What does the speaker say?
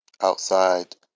outside